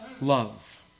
love